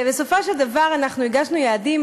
בסופו של דבר אנחנו הגשנו יעדים,